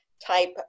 type